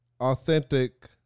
authentic